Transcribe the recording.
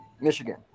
Michigan